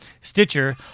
Stitcher